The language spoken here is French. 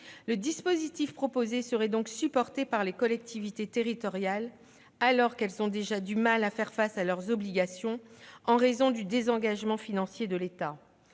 Le dispositif proposé serait donc supporté par les collectivités territoriales, alors que celles-ci ont déjà du mal à faire face à leurs obligations en raison du désengagement financier de l'État.